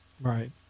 Right